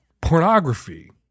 pornography